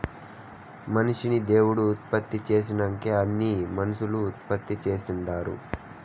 మనిషిని దేవుడు ఉత్పత్తి చేసినంకే అన్నీ మనుసులు ఉత్పత్తి చేస్తుండారు